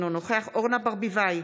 אינו נוכח אורנה ברביבאי,